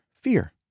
fear